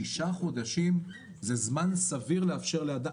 שישה חודשים זה זמן סביר לאפשר את זה לאדם.